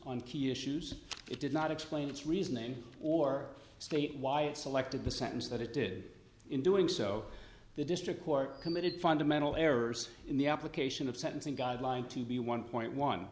on key issues it did not explain its reasoning or state why it selected the sentence that it did in doing so the district court committed fundamental errors in the application of sentencing guideline to be one point one